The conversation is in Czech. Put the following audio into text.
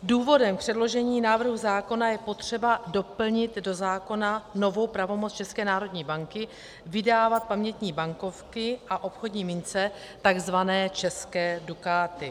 Důvodem předložení návrhu zákona je potřeba doplnit do zákona novou pravomoc České národní banky vydávat pamětní bankovky a obchodní mince, tzv. české dukáty.